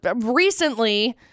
recently